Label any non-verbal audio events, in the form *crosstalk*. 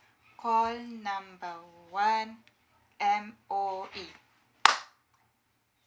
call number one M_O_E *noise*